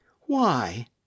Why